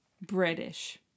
British